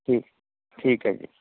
ਠੀਕ ਠੀਕ ਹੈ ਜੀ